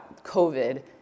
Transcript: COVID